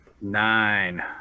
Nine